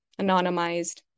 anonymized